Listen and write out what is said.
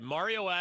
Mario